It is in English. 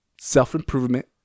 self-improvement